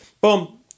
boom